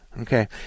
okay